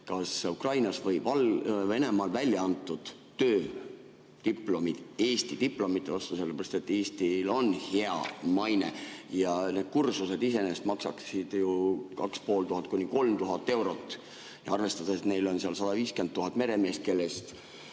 kas Ukrainas või Venemaal välja antud töödiplomi Eesti diplomi vastu, sellepärast et Eestil on hea maine ja need kursused maksaksid ju 2500–3000 eurot. Arvestades, et neil on seal 150 000 meremeest, kellest